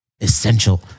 essential